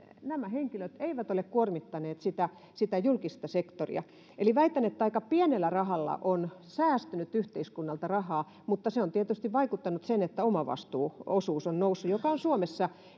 nämä henkilöt eivät ole kuormittaneet sitä sitä julkista sektoria eli väitän että aika pienellä rahalla on säästynyt yhteiskunnalta rahaa mutta se on tietysti vaikuttanut niin että omavastuuosuus on noussut suomessa